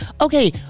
okay